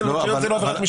זה לא עבירת משמעת?